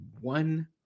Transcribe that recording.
one